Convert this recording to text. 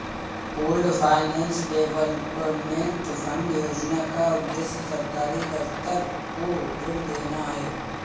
pooled finance development fund योजना का उद्देश्य सरकारी दफ्तर को ऋण देना है